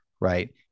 right